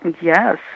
yes